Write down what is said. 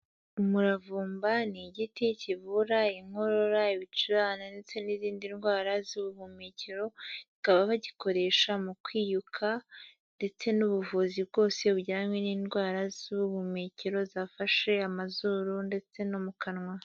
Umuravumba ni igiti kivura inkorora, ibicurane ndetse n'izindi ndwara z'ubuhumekero, bakaba bagikoresha mu kwiyuka ndetse n'ubuvuzi bwose bujyanye n'indwara z'ubumekero zafashe amazuru ndetse no mu kanwa.